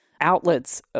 outlets